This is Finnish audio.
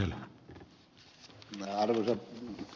arvoisa puhemies